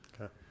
Okay